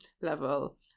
level